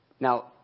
Now